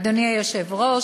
אדוני היושב-ראש,